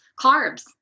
carbs